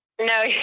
No